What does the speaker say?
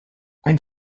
ein